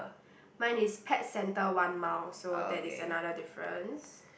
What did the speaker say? mine is pet centre one miles so that is another difference